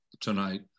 tonight